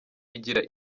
igira